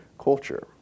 culture